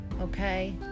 okay